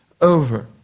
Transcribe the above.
over